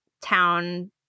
town